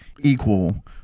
equal